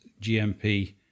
GMP